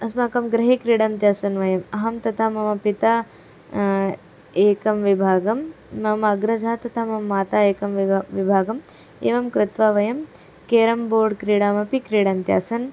अस्माकं गृहे क्रीडन्त्यासन् वयम् अहं तथा मम पिता एकं विभागं मम अग्रजा तथा मम माता एकं विभागम् एवं कृत्वा वयं केरं बोर्ड् क्रीडामपि क्रीडन्त्यासन्